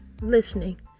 listening